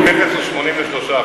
המכס הוא מכס של 83%,